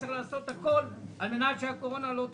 צריך לעשות הכול על מנת שהקורונה לא תחזור.